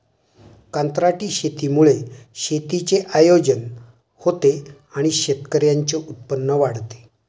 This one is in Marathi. कंत्राटी शेतीमुळे शेतीचे आयोजन होते आणि शेतकऱ्यांचे उत्पन्न वाढते